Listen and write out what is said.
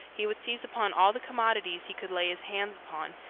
he would seize upon all the commodities he could lay his hands upon,